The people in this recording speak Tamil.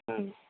ம்